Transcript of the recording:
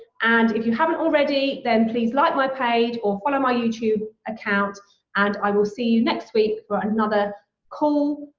and if you haven't already, then please like my page or follow my youtube account and i will see you next week for another cool,